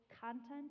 content